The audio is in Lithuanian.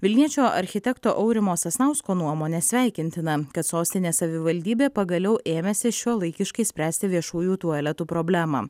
vilniečio architekto aurimo sasnausko nuomone sveikintina kad sostinės savivaldybė pagaliau ėmėsi šiuolaikiškai spręsti viešųjų tualetų problemą